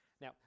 Now